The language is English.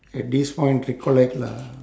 at this point recollect lah